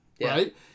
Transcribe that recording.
right